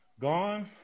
Gone